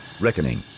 Reckoning